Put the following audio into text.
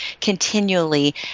continually